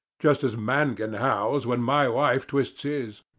just as mangan howls when my wife twists his.